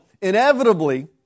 inevitably